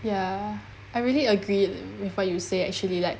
ya I really agreed before you say actually like